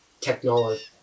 technology